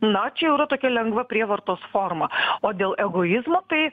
na čia jau yra tokia lengva prievartos forma o dėl egoizmo tai